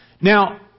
Now